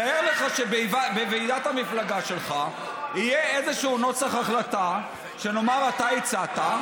תאר לך שבוועידת המפלגה שלך יהיה איזשהו נוסח החלטה שנאמר אתה הצעת,